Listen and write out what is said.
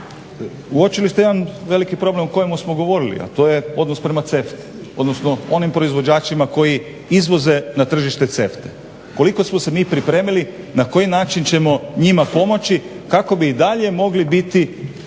Uočili ste jedan veliki problem o kojemu smo govorili, a to je odnos prema CEFTA-i, odnosno onim proizvođačima koji izvoze na tržište CEFTA-e. Koliko smo se mi pripremili, na koji način ćemo njima pomoći kako bi i dalje mogli biti